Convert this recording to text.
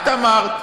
את אמרת.